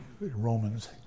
Romans